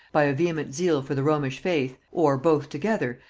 by a vehement zeal for the romish faith, or both together,